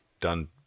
done